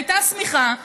הייתה שמיכה,